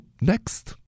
next